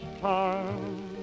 time